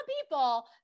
people